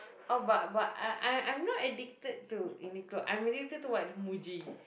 oh but but I I I'm not addicted to Uniqlo I'm addicted to what Muji